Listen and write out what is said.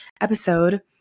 episode